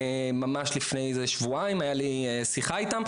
ממש לפני איזה שבועיים הייתה לי שיחה איתם,